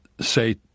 say